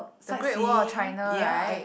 the Great-Wall-of-China right